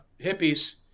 Hippies